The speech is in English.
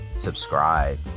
Subscribe